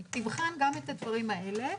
היא תבחן גם את הדברים האלה.